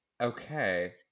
okay